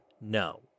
no